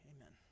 Amen